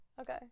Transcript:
Okay